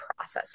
processor